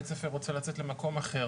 בית ספר רוצה לצאת למקום אחר